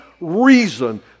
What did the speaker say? reason